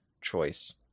choice